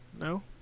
No